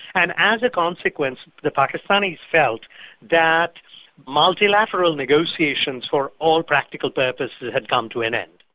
and as a consequence the pakistanis felt that multilateral negotiations for all practical purposes had come to an end.